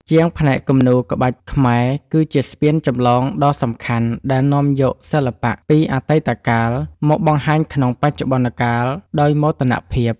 ជាងផ្នែកគំនូរក្បាច់ខ្មែរគឺជាស្ពានចម្លងដ៏សំខាន់ដែលនាំយកសិល្បៈពីអតីតកាលមកបង្ហាញក្នុងបច្ចុប្បន្នកាលដោយមោទនភាព។